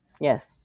Yes